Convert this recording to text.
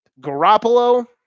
Garoppolo